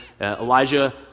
Elijah